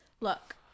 look